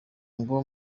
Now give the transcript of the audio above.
ngo